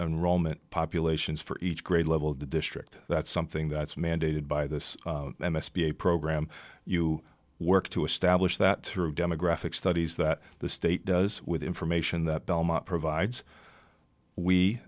roman populations for each grade level of the district that's something that's mandated by this must be a program you work to establish that through demographic studies that the state does with information that belmont provides we